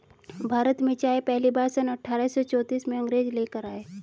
भारत में चाय पहली बार सन अठारह सौ चौतीस में अंग्रेज लेकर आए